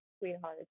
sweetheart